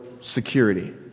security